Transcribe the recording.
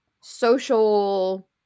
social